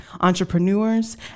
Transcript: entrepreneurs